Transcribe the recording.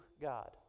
God